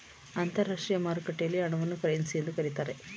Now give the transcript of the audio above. ಅಂತರಾಷ್ಟ್ರೀಯ ಮಾರುಕಟ್ಟೆಯಲ್ಲಿ ಹಣವನ್ನು ಕರೆನ್ಸಿ ಎಂದು ಕರೀತಾರೆ